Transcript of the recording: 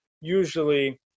usually